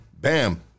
bam